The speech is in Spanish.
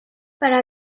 para